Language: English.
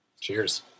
Cheers